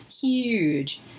huge